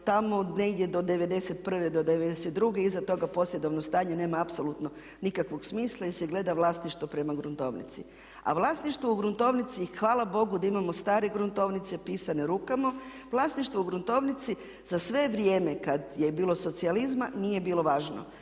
tamo negdje do '91. do '92. Iza toga posjedovno stanje nema apsolutno nikakvog smisla jer se gleda vlasništvo prema gruntovnici. A vlasništvo u gruntovnici hvala Bogu da imamo stare gruntovnice pisane rukama. Vlasništvo u gruntovnici za sve vrijeme kad je bilo socijalizma nije bilo važno.